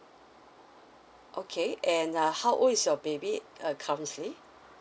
okay and uh how old is your baby uh currently